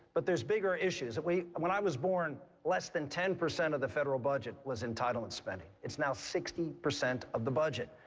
but there's bigger issues. and when i was born, less than ten percent of the federal budget was entitlement spending. it's now sixty percent of the budget.